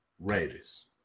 Raiders